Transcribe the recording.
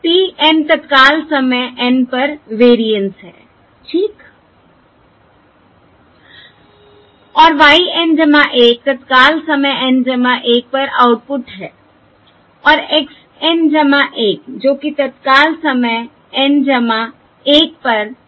p N तत्काल समय N पर वेरिएंस है ठीक और y N 1 तत्काल समय N 1 पर आउटपुट है और x N 1 जो कि तत्काल समय N 1पर पायलट सिंबल है